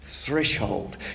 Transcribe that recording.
Threshold